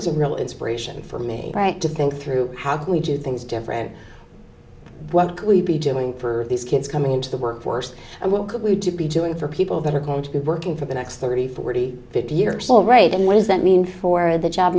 was a real inspiration for me to think through how can we do things differently what could we be doing for these kids coming into the workforce and what could we be doing for people that are going to be working for the next thirty forty fifty years all right and what does that mean for the job